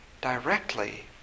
directly